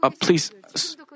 Please